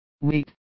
wait